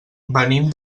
venim